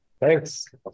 thanks